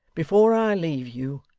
before i leave you,